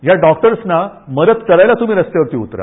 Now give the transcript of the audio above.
या डॉक्टर्सना मदत करायला तुम्ही रस्त्यावरती उतरा